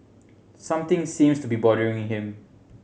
something seems to be bothering him